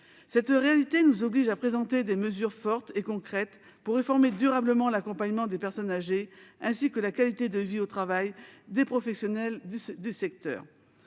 et ambitieux. Nous devons présenter des mesures fortes et concrètes pour réformer durablement l'accompagnement des personnes âgées ainsi que la qualité de vie au travail des professionnels du secteur.